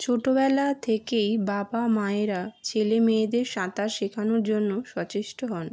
ছোটোবেলা থেকেই বাবা মায়েরা ছেলে মেয়েদের সাঁতার শেখানোর জন্য সচেষ্ট হন